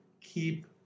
keep